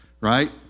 right